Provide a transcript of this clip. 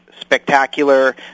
spectacular